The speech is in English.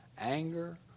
anger